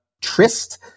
Trist